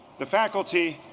the faculty,